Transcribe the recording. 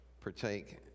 partake